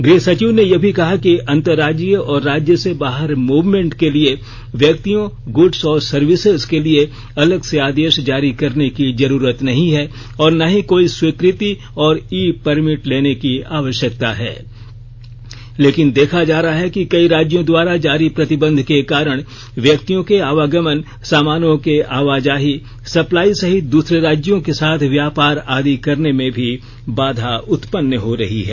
गृह सचिव ने यह भी कहा कि अंतरराज्यीय और राज्य से बाहर मूवमेंट के लिए व्यक्तियों गुड्स और सर्विसेज के लिए अलग से आदेश जारी करने की जरूरत नहीं है और न ही कोई स्वीकृति और ई परमिट लेने की आवश्यकता है लेकिन देखा जा रहा है कि कई राज्यों द्वारा जारी प्रतिबंध के कारण व्यक्तियों के आवागमन सामनों के आवाजाही सप्लाई सहित दूसरे राज्यों के साथ व्यापार आदि करने में भी बाधा उत्पन्न हो रही है